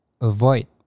avoid